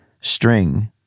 string